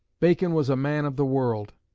bacon was a man of the world,